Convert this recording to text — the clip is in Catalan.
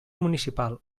municipal